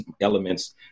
elements